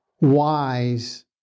wise